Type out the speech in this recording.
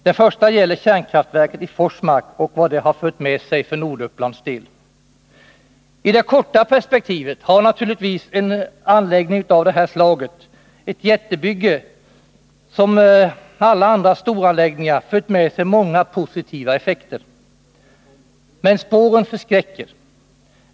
Den första gäller kärnkraftverket i Forsmark och vad det har fört med sig för Nordupplands del. I det korta perspektivet har naturligtvis en anläggning av det här slaget, ett jättebygge, som alla andra stora anläggningar haft många positiva effekter. Men spåren förskräcker.